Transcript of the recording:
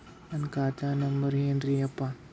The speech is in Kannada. ನನ್ನ ಖಾತಾ ನಂಬರ್ ಏನ್ರೀ ಯಪ್ಪಾ?